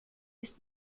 ist